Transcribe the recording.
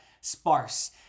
sparse